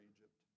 Egypt